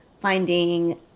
finding